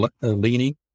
leaning